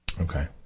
Okay